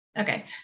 Okay